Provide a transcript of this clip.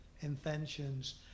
inventions